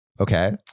Okay